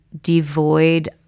devoid